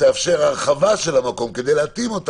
שתאפשר הרחבה של המקום כדי להתאים אותו